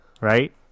right